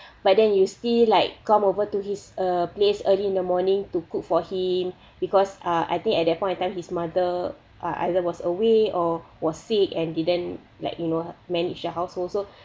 but then you still like come over to err his place early in the morning to cook for him because uh I think at that point of time his mother uh either was away or was sick and didn't like you know manage the household so